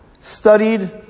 studied